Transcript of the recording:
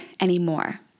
anymore